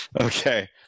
Okay